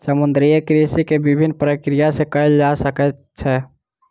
समुद्रीय कृषि के विभिन्न प्रक्रिया सॅ कयल जा सकैत छै